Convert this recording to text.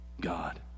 God